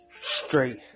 straight